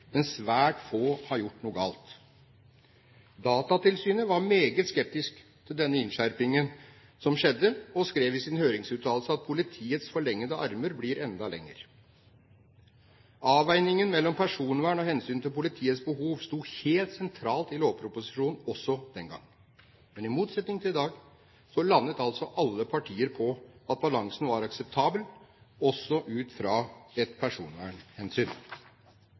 men svært få har gjort noe galt. Datatilsynet var meget skeptisk til denne innskjerpingen som skjedde, og skrev i sin høringsuttalelse at politiets forlengede arm blir enda lengre. Avveiningen mellom personvern og hensynet til politiets behov sto helt sentralt i lovproposisjonen også den gang. Men i motsetning til i dag landet altså alle partier på at balansen var akseptabel, også ut fra et personvernhensyn.